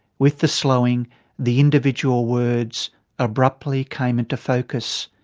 with the slowing the individual words abruptly came into focus.